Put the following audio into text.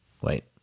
Wait